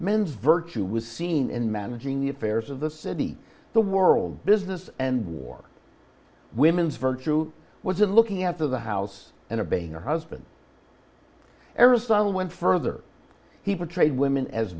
men's virtue was seen in managing the affairs of the city the world business and war women's virtue was in looking after the house and of being a husband aristotle went further he portrayed women as